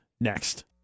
next